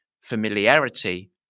familiarity